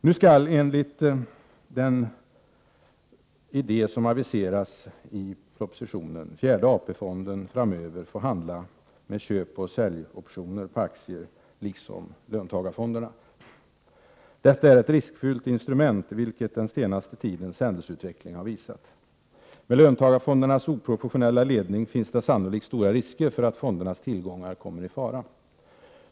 Nu skall enligt den idé som aviserats i propositionen fjärde AP-fonden framöver liksom löntagarfonderna få handla med köpoch säljoptioner på aktier. Detta är ett riskfyllt instrument, vilket den senaste tidens händelseutveckling har visat. Med löntagarfondernas oprofessionella ledning finns det sannolikt stora risker för att fondernas tillgångar kommer i fara.